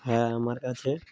হ্যাঁ আমার কাছে